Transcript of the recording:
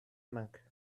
monk